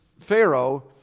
Pharaoh